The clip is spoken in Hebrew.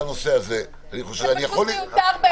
זה פשוט מיותר בעינינו.